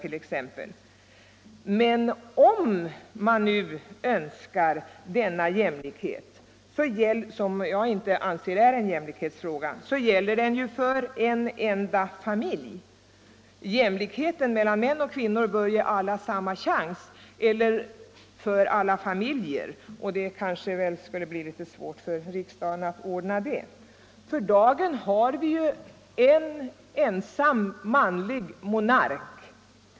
Om man emellertid nu önskar denna jämlikhet — jag upprepar att jag inte anser att det är någon jämlikhetsfråga — så gäller den ju för en enda familj. Jämlikheten mellan män och kvinnor bör ge samma chans för alla familjer, och det kanske skulle bli litet svårt för riksdagen att ordna det i detta fall. För dagen har vi ju en ensam manlig monark.